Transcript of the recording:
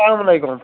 اسلامُ علیکم